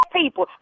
people